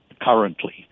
currently